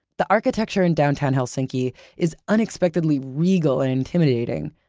the architecture in downtown helsinki is unexpectedly regal and intimidating.